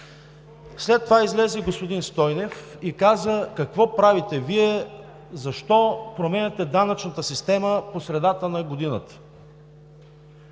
След това излезе господин Стойнев и каза: „Какво правите Вие? Защо променяте данъчната система по средата на годината?